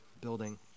building